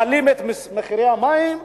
מעלים את מחירי המים,